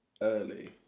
early